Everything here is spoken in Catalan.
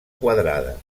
quadrada